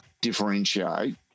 differentiate